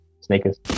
sneakers